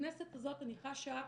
בכנסת הזאת אני חשה,